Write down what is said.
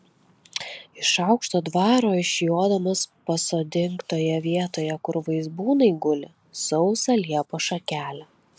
iš aukšto dvaro išjodamas pasodink toje vietoje kur vaizbūnai guli sausą liepos šakelę